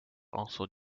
also